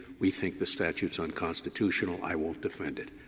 we think the statute's unconstitutional, i won't defend it.